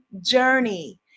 journey